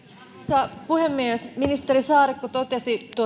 arvoisa puhemies ministeri saarikko totesi